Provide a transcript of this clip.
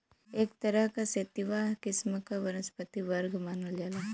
एक तरह क सेतिवा किस्म क वनस्पति वर्ग मानल जाला